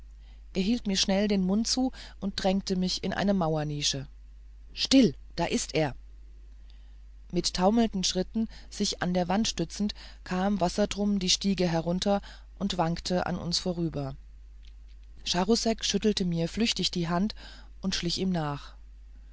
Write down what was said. er hielt mir schnell den mund zu und drängte mich in eine mauernische still da ist er mit taumelnden schritten sich an der wand stützend kam wassertrum die stiege herunter und wankte an uns vorüber charousek schüttelte mir fluchtig die hand und schlich ihm nach